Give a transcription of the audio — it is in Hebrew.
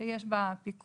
שיש בה פיקוח,